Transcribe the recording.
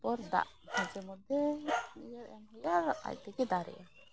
ᱛᱟᱨᱯᱚᱨ ᱫᱟᱜ ᱢᱟᱡᱷᱮ ᱢᱚᱫᱽᱫᱷᱮ ᱮᱢ ᱦᱩᱭᱩᱜᱼᱟ ᱟᱡ ᱛᱮᱜᱮ ᱫᱟᱨᱮᱜᱼᱟ